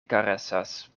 karesas